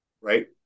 right